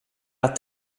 att